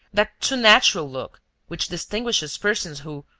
that too-natural look which distinguishes persons who,